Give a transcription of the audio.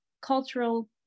cultural